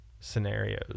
scenarios